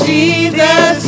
Jesus